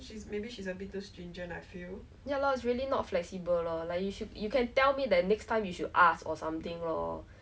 strangely enough maybe because like I don't know suddenly my parents realize that I'm old enough so they didn't scold me they actually lah ask me what happen